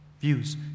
views